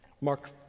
Mark